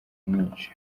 kumwica